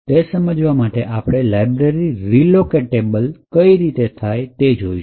એ સમજવા માટે આપણે લાઇબ્રેરી રીલોકેટેબલ કઈ રીતે થાય એ જોઈએ